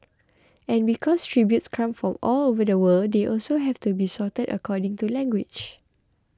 and because tributes come from all over the world they also have to be sorted according to language